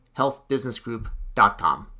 healthbusinessgroup.com